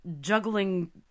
juggling